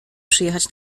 przyjechać